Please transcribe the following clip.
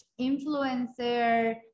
influencer